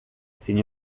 ezin